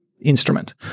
instrument